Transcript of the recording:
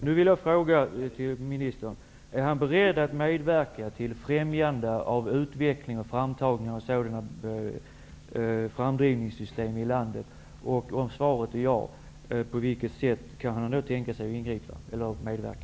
Nu vill jag fråga miljöministern om han är beredd att medverka till främjande av utveckling och framtagning av sådana framdrivningssystem i landet. Om svaret är ja, på vilket sätt kan då miljöministern tänka sig att medverka?